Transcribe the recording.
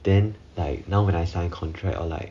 then like now when I sign contract or like